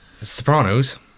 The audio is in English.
Sopranos